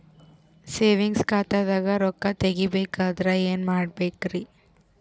Savings ಖಾತಾದಾಗ ರೊಕ್ಕ ತೇಗಿ ಬೇಕಾದರ ಏನ ಮಾಡಬೇಕರಿ?